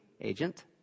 agent